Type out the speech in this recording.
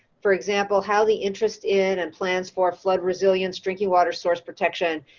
for example, how the interest in and plans for flood resilience, drinking water source protection,